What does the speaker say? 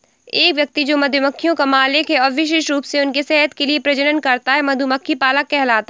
एक व्यक्ति जो मधुमक्खियों का मालिक है और विशेष रूप से उनके शहद के लिए प्रजनन करता है, मधुमक्खी पालक कहलाता है